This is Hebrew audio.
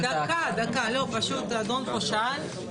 רגע, האדון פה שאל.